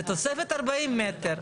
זה תוספת 40 מטר,